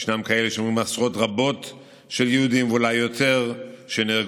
וישנם כאלה שאומרים שעשרות רבות של יהודים ואולי יותר נהרגו,